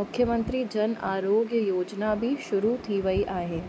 मुख्यमंत्री जन आरोग्य योजिना बि शुरू थी वेई आहे